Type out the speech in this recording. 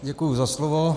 Děkuji za slovo.